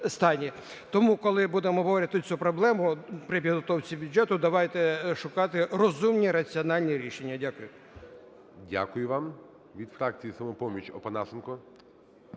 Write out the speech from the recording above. Тому, коли будемо обговорювати цю проблему при підготовці бюджету, давайте шукати розумні раціональні рішення. Дякую.